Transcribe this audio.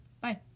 bye